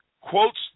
quotes